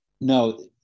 no